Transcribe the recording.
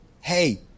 hey